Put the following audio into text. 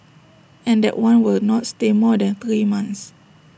and that one will not stay more than three months